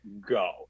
go